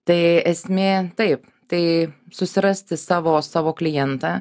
tai esmė taip tai susirasti savo savo klientą